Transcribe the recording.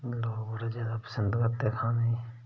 खंदे न लोग बड़ी ज्यादा पसंद करदे खाने ई